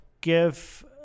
give